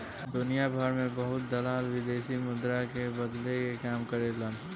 दुनियाभर में बहुत दलाल विदेशी मुद्रा के बदले के काम करेलन